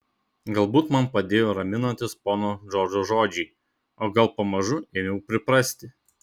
galbūt man padėjo raminantys pono džordžo žodžiai o gal pamažu ėmiau priprasti